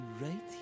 right